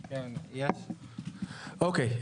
אוקיי,